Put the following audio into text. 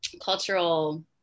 cultural